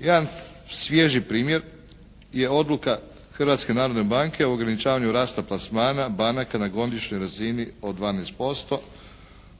Jedan svježi primjer je odluka Hrvatske narodne banke o ograničavanju rasta plasmana banaka na godišnjoj razini od 12%,